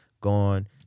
gone